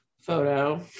photo